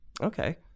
Okay